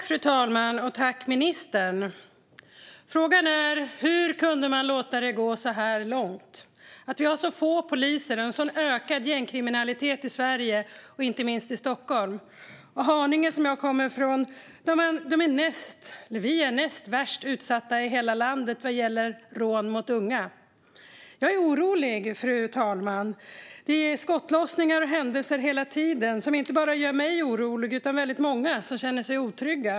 Fru talman! Jag tackar ministern för svaret. Frågan är hur man kunde låta det gå så långt. Det finns så få poliser och en så ökad gängkriminalitet i Sverige, inte minst i Stockholm. Haninge, som jag kommer från, är näst värst utsatt i hela landet vad gäller rån mot unga. Jag är orolig, fru talman. Det är hela tiden skottlossningar och andra händelser. Inte bara jag är orolig, utan det är många som känner sig otrygga.